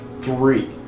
three